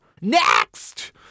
Next